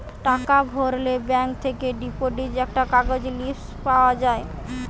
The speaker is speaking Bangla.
টাকা ভরলে ব্যাঙ্ক থেকে ডিপোজিট একটা কাগজ স্লিপ পাওয়া যায়